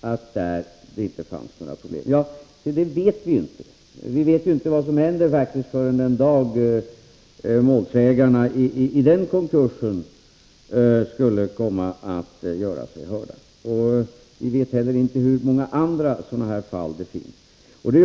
att det inte fanns några problem där. Ja, se, det vet vi inte. Vi vet ju inte vad som händer förrän den dag målsägarna i den konkursen skulle komma att göra sig hörda. Vi vet heller inte hur många sådana här fall det finns.